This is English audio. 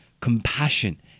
compassion